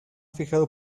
fijado